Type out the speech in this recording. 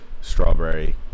strawberry